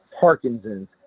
Parkinson's